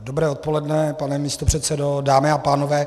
Dobré odpoledne, pane místopředsedo, dámy a pánové.